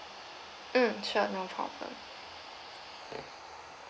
mm sure no problem mm